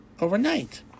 Overnight